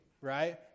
Right